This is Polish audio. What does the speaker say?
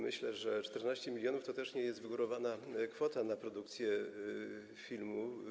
Myślę, że 14 mln to też nie jest wygórowana kwota na produkcję filmu.